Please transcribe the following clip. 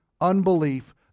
unbelief